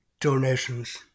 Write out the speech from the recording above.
donations